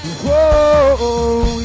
Whoa